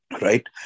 right